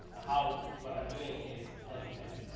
how what i'm doing is helping that